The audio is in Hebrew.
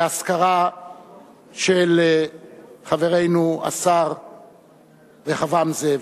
לאזכרה לחברנו השר רחבעם זאבי.